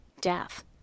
death